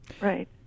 Right